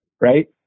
right